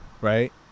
right